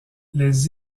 les